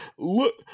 Look